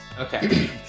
Okay